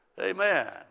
Amen